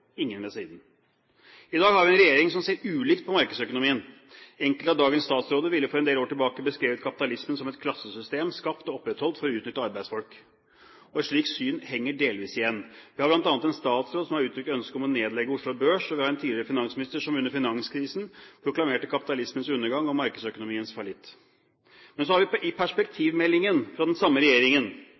en regjering som ser ulikt på markedsøkonomien. Enkelte av dagens statsråder ville for en del år tilbake beskrevet kapitalismen som et klassesystem skapt og opprettholdt for å utnytte arbeidsfolk. Et slikt syn henger delvis igjen. Vi har bl.a. en statsråd som har uttrykt ønske om å nedlegge Oslo Børs, og vi har en tidligere finansminister som under finanskrisen proklamerte kapitalismens undergang og markedsøkonomiens fallitt. Perspektivmeldingen, fra den samme regjeringen